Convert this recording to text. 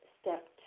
step